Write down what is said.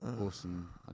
awesome